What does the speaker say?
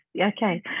okay